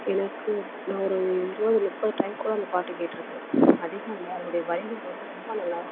எனக்கு நான் ஒரு இருபது முப்பது டைம் கூட அந்த பாட்டு கேட்டுருக்கேன் அதிகம் வந்து அதனுடைய வரிகள் வந்து ரொம்ப நல்லாயிருக்கும்